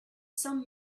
some